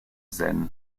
zen